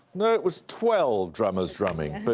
no, it was twelve drummers drumming. but